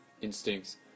Instincts